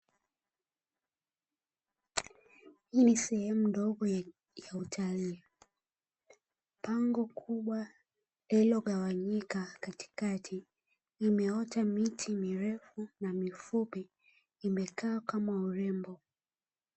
Hii ni sehemu ndogo ya utalii, pango kubwa lililo gawanyika katikati imeota miti mirefu na mifupi ,imekaa kama urembo.